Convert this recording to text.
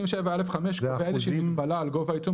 37א5 קובע איזושהי מגבלה על גובה העיצום